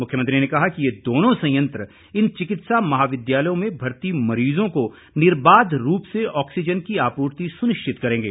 मुख्यमंत्री ने कहा कि ये दोनों संयंत्र इन चिकित्सा महाविद्यालयों में भर्ती मरीजों को निर्बाध रूप से ऑक्सीजन की आपूर्ति सुनिश्चित करेंगे